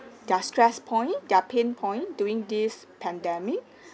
their stress point their pain point during this pandemic